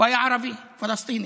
הוא היה ערבי, פלסטיני.